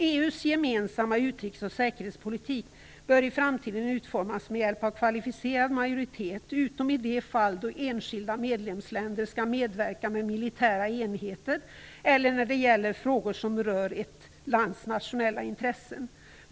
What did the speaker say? EU:s gemensamma utrikesoch säkerhetspolitik bör i framtiden utformas med hjälp av kvalificerad majoritet utom i det fall då enskilda medlemsländer skall medverka med militära enheter eller när det gäller frågor som rör ett lands nationella intressen.